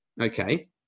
Okay